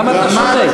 למה אתה שותק?